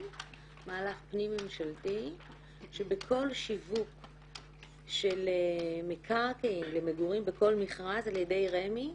מהלך פנים ממשלתי שבכל שיווק של מקרקעין למגורים בכל מכרז על ידי רמ"י,